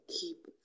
keep